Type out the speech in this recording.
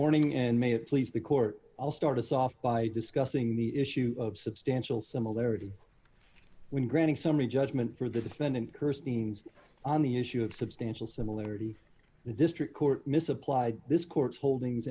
morning and may it please the court i'll start us off by discussing the issue of substantial similarity when granting summary judgment for the defendant curse teens on the issue of substantial similarity the district court misapplied this court's holdings